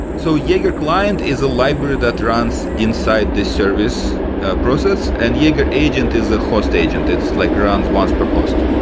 so, jaeger client is a library that runs inside this service process, and jaeger agent is a host agent. it like runs once per host.